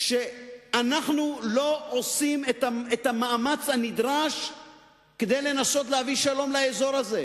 היא שאנחנו לא עושים את המאמץ הנדרש כדי לנסות להביא שלום לאזור הזה.